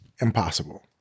impossible